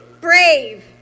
brave